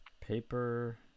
Paper